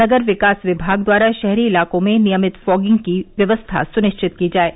नगर विकास विभाग द्वारा शहरी इलाकों में नियमित फागिंग की व्यवस्था सुनिश्चित की जाये